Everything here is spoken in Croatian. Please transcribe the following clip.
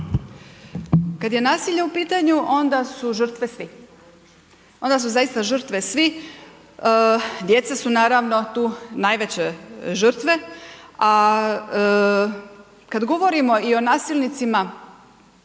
Kad je nasilje u pitanju onda su žrtve svi, onda su zaista žrtve svi, djeca su naravno tu najveće žrtve. A kad govorimo i o nasilnicima